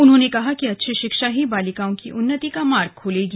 उन्होंने कहा कि अच्छी शिक्षा ही बालिकाओं की उन्नति का मार्ग खोलेगी